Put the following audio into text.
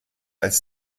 als